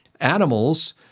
animals